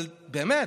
אבל באמת,